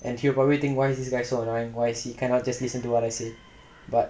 and he'll think why is this guy so annoying why he cannot just listen to what I say but